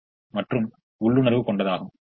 ஆக u2 3 ஆகும்